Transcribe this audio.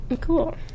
Cool